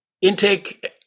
Intake